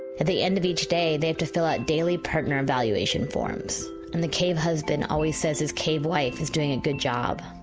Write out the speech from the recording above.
at the end of each day, they have to fill out daily partner evaluation forms and the cave husband always says his cave wife is doing a good job,